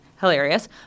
hilarious